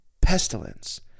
pestilence